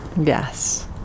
Yes